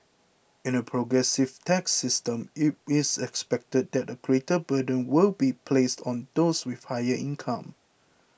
in a progressive tax system it is expected that a greater burden will be placed on those with higher income